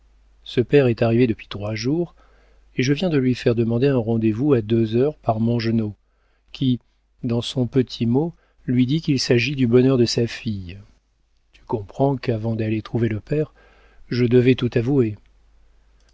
ce père est arrivé depuis trois jours et je viens de lui faire demander un rendez-vous à deux heures par mongenod qui dans son petit mot lui dit qu'il s'agit du bonheur de sa fille tu comprends qu'avant d'aller trouver le père je devais tout t'avouer